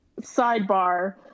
sidebar